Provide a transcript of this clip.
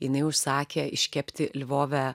jinai užsakė iškepti lvove